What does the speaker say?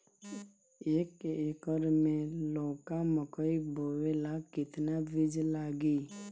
एक एकर मे लौका मकई बोवे ला कितना बिज लागी?